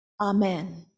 amen